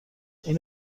این